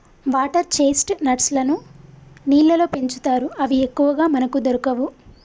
water chestnuts లను నీళ్లల్లో పెంచుతారు అవి ఎక్కువగా మనకు దొరకవు